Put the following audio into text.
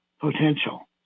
potential